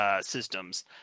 systems